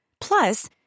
Plus